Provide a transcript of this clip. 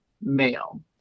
male